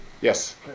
yes